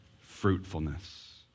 fruitfulness